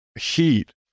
heat